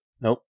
Nope